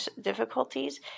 difficulties